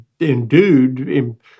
endued